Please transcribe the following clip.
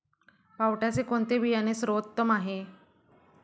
पावट्याचे कोणते बियाणे सर्वोत्तम आहे?